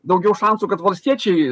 daugiau šansų kad valstiečiai